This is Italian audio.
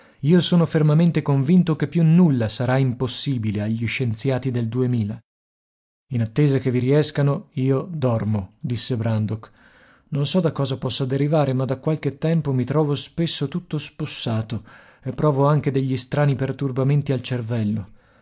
io sono fermamente convinto che più nulla sarà impossibile agli scienziati del duemila in attesa che vi riescano io dormo disse brandok non so da che cosa possa derivare ma da qualche tempo mi trovo spesso tutto spossato e provo anche degli strani perturbamenti al cervello